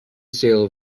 sale